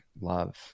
love